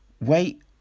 wait